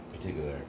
particular